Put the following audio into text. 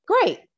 great